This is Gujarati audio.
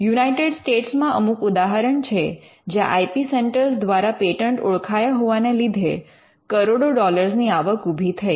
યુનાઇટેડ સ્ટેટ્સમાં અમુક ઉદાહરણ છે જ્યાં આઇ પી સેન્ટર દ્વારા પેટન્ટ ઓળખાયા હોવાને લીધે કરોડો ડોલર ની આવક ઊભી થઈ